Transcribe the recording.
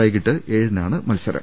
വൈകീട്ട് ഏഴിനാണ് മത്സരം